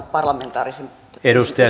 arvoisa puhemies